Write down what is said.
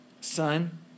Son